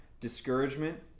Discouragement